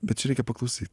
bet čia reikia paklausyt